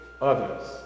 others